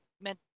meant